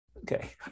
okay